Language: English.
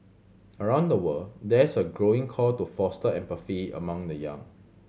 around the world there's a growing call to foster empathy among the young